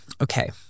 Okay